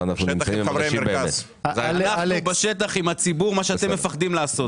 אנחנו בשטח עם הציבור, מה שאתם מפחדים לעשות.